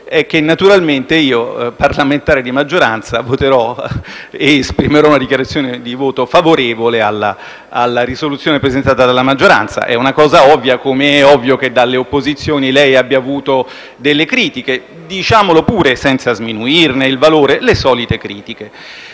è che naturalmente io, parlamentare di maggioranza, esprimerò un voto favorevole alla risoluzione presentata dalla maggioranza. È una cosa ovvia, come è ovvio che dalle opposizioni lei abbia avuto delle critiche (diciamolo pure, senza sminuirne il valore: le solite critiche).